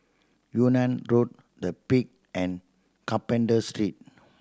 Yunnan Road The Peak and Carpenter Street